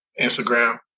Instagram